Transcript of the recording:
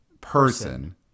person